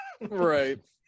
right